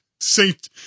Saint